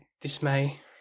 dismay